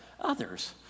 others